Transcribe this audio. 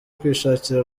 kwishakira